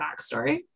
backstory